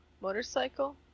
motorcycle